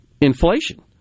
inflation